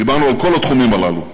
דיברנו על כל התחומים הללו.